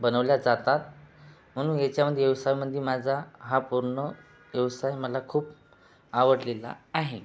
बनवल्या जातात म्हणून याच्यामध्ये व्यवसायामध्ये माझा हा पूर्ण व्यवसाय मला खूप आवडलेला आहे